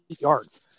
yards